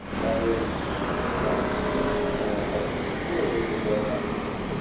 that really needs to be done in the community and we're in a place where we really need to build that community.